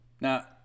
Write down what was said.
Now